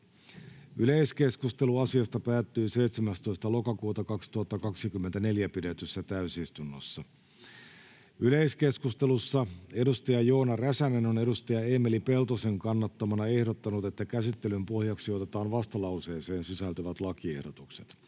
Yleiskeskustelu asiasta päättyi 17.10.2024 pidetyssä täysistunnossa. Yleiskeskustelussa edustaja Joona Räsänen on edustaja Eemeli Peltosen kannattamana ehdottanut, että käsittelyn pohjaksi otetaan vastalauseeseen sisältyvät lakiehdotukset.